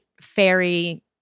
fairy